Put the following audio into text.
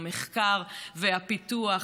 המחקר והפיתוח,